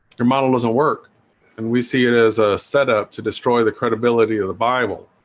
your model doesn't work and we see it as a setup to destroy the credibility of the bible